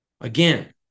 Again